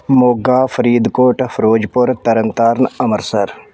Moga Faridkot Firozpur Tarn Taran Amritsar